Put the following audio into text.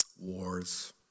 Wars